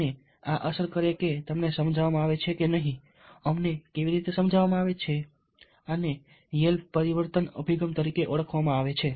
અને આ અસર કરે કે તમને સમજાવવામાં આવે છે કે નહીં અમને કેવી રીતે સમજાવવામાં આવે છે કે નહીં અને આને યેલ વલણ પરિવર્તન અભિગમ તરીકે ઓળખવામાં આવે છે